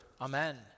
Amen